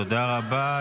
תודה רבה.